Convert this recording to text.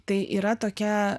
tai yra tokia